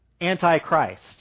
antichrist